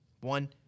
One